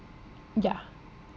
ya